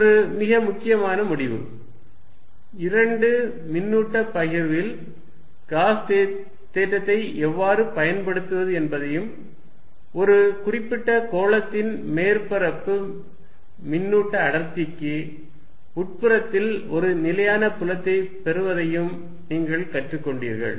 இது ஒரு மிக முக்கியமான முடிவு இரண்டு மின்னூட்ட பகிர்வில் காஸ் தேற்றத்தை எவ்வாறு பயன்படுத்துவது என்பதையும் ஒரு குறிப்பிட்ட கோளத்தின் மேற்பரப்பு மின்னூட்ட அடர்த்திக்கு உட்புறத்தில் ஒரு நிலையான புலத்தைப் பெறுவதையும் நீங்கள் கற்றுக் கொண்டீர்கள்